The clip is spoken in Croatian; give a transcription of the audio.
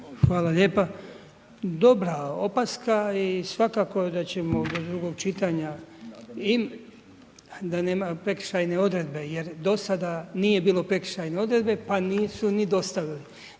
Hvala lijepa. Dobra opaska i svakako da ćemo do drugog čitanja da nema prekršajne odredbe jer do sada nije pa nisu ni dostavili.